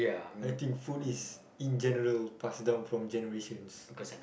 I think food is in general passed down from generations